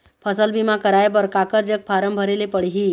फसल बीमा कराए बर काकर जग फारम भरेले पड़ही?